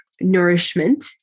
nourishment